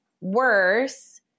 worse